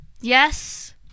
yes